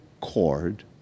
cord